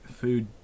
food